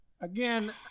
Again